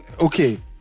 Okay